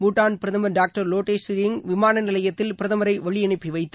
பூட்டான் பிரதமர் டாக்டர் லோட்டோ ட்ஷரங் விமான நிலையத்தில் பிரதமரை வழியனுப்பி வைத்தார்